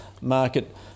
market